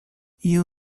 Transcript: you